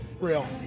Real